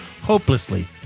hopelessly